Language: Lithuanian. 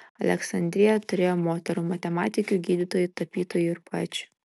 aleksandrija turėjo moterų matematikių gydytojų tapytojų ir poečių